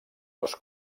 dos